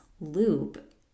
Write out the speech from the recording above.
loop